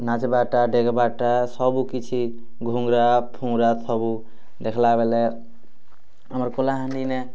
ନାଚବାଟା ଡେକବାଟା ସବୁ କିଛି ଘୁଙ୍ଗୁରା ଫୁଙ୍ଗୁରା ସବୁ ଦେଖଲା ବେଲେ ଆମର କଲାହାଣ୍ଡିନେ